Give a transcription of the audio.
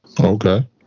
Okay